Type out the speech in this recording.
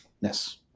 yes